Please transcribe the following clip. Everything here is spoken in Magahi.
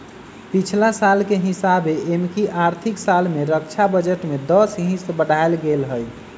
पछिला साल के हिसाबे एमकि आर्थिक साल में रक्षा बजट में दस हिस बढ़ायल गेल हइ